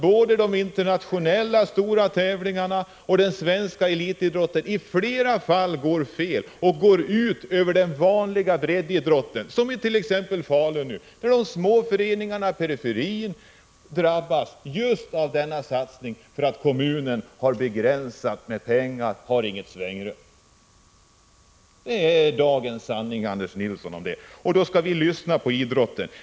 Både de internationella stora tävlingarna och den svenska elitidrotten går i flera fall ut över den vanliga breddidrotten. I t.ex. Falun drabbas de små föreningarna i periferin just av denna satsning, därför att kommunen har begränsade medel och inte har något svängrum. Det är dagens sanning, Anders Nilsson! Och så skall vi lyssna på idrotten.